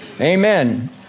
Amen